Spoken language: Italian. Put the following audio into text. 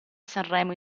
sanremo